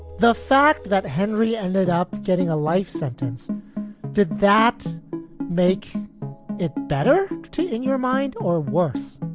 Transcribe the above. the fact that henry ended up getting a life sentence did that make it better in your mind or worse?